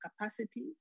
capacity